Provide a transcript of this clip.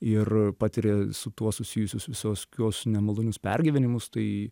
ir patiria su tuo susijusius visos kios nemalonius pergyvenimus tai